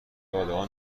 دادهها